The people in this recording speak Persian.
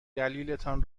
دلیلتان